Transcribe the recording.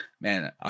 man